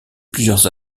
plusieurs